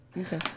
Okay